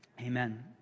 amen